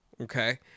okay